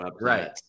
right